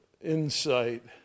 insight